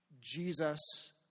Jesus